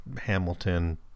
Hamilton